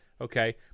okay-